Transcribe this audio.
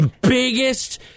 biggest